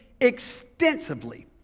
extensively